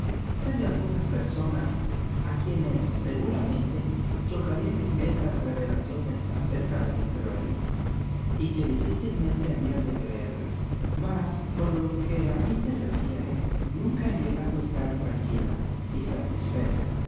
sé de algunaspersonas a quienes seguramente chocarían estas revelaciones acerca de míster elliot y que difícilmente habían de creerlas mas por lo que a mí se refiere nunca he llegado a estar tranquila y satisfecha